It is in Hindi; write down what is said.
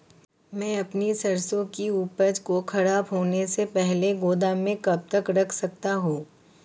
मैं अपनी सरसों की उपज को खराब होने से पहले गोदाम में कब तक रख सकता हूँ?